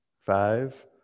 Five